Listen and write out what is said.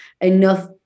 enough